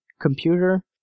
computer